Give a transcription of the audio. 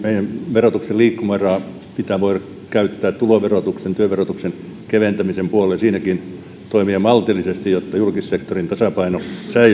verotuksen liikkumavaraa pitää voida käyttää tuloverotuksen työn verotuksen keventämisen puolelle niin siinäkin pitää toimia maltillisesti jotta julkissektorin tasapaino säilyy